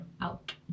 Out